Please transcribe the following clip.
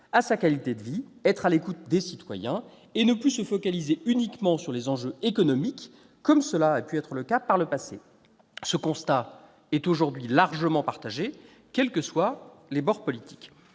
de sa population, être à l'écoute des citoyens et cesser de se focaliser uniquement sur les enjeux économiques, comme cela a pu être le cas par le passé. Ce constat est aujourd'hui largement partagé, sur tous les bords politiques.